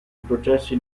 processi